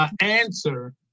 answer